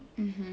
mmhmm